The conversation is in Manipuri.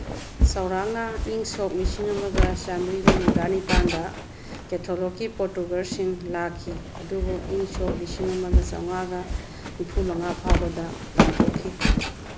ꯆꯥꯎꯔꯛꯅ ꯏꯪ ꯁꯣꯛ ꯂꯤꯁꯤꯡ ꯑꯃꯒ ꯆꯥꯝꯃꯔꯤꯒ ꯃꯧꯗ꯭ꯔꯥ ꯅꯤꯄꯥꯜꯗ ꯀꯦꯊꯣꯂꯣꯛꯀꯤ ꯄꯣꯔꯇꯨꯒꯜꯁꯤꯡ ꯂꯥꯛꯈꯤ ꯑꯗꯨꯕꯨ ꯏꯪ ꯁꯣꯛ ꯂꯤꯁꯤꯡ ꯑꯃꯒ ꯆꯥꯝꯃꯉꯥꯒ ꯅꯤꯐꯨ ꯃꯉꯥ ꯐꯥꯎꯕꯗ ꯇꯥꯟꯊꯣꯛꯈꯤ